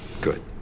Good